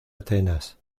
atenas